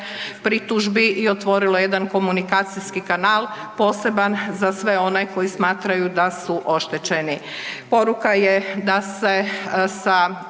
pritužbi i otvorilo jedan komunikacijski kanal poseban za sve one koji smatraju da su oštećeni.